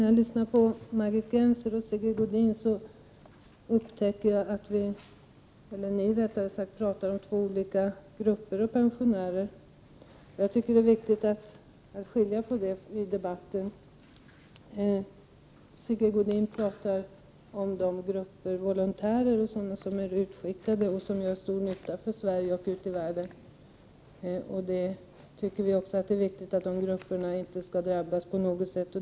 Herr talman! Margit Gennser och Sigge Godin talar om två olika grupper av pensionärer. Jag tycker att det är viktigt att göra en åtskillnad här. Sigge Godin talar om volontärer och andra som gör stor nytta för Sverige ute i världen. Även vi tycker att det är viktigt att de här grupperna inte drabbas på något sätt.